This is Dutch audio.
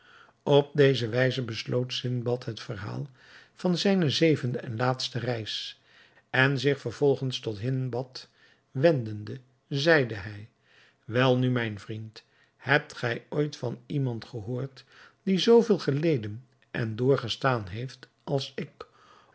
op deze wijze besloot sindbad het verhaal van zijne zevende en laatste reis en zich vervolgens tot hindbad wendende zeide hij welnu mijn vriend hebt gij ooit van iemand gehoord die zoo veel geleden en doorgestaan heeft als ik